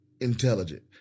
intelligent